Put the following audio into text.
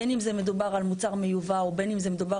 בין אם זה מדובר על מוצר מיובא או בין אם זה מדובר